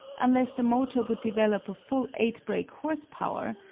unless the motor would develop a full eight brake-horsepower,